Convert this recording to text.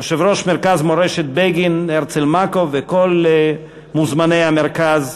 יושב-ראש מרכז מורשת בגין הרצל מקוב וכל מוזמני המרכז,